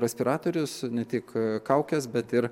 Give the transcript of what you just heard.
raspiratorius ne tik kaukes bet ir